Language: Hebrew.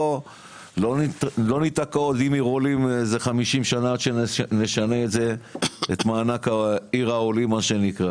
לא ניתקע עוד חמישים שנה עד שנשנה את מענק עיר העולים.